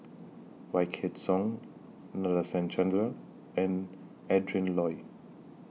Wykidd Song Nadasen Chandra and Adrin Loi